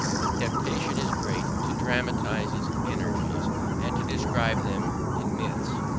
the temptation is great to dramatise its energies and to describe them in myths.